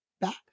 Back